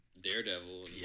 Daredevil